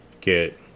get